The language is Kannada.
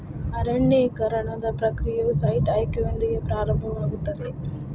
ಅರಣ್ಯೇಕರಣದ ಪ್ರಕ್ರಿಯೆಯು ಸೈಟ್ ಆಯ್ಕೆಯೊಂದಿಗೆ ಪ್ರಾರಂಭವಾಗುತ್ತದೆ